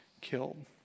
killed